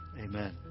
Amen